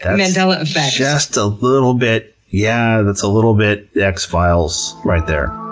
mandela effect. just a little bit, yeah. that's a little bit x-files right there.